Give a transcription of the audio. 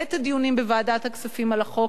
בעת הדיונים בוועדת הכספים על החוק,